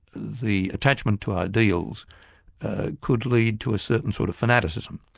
the attachment to ideals could lead to a certain sort of fanaticism.